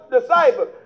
disciples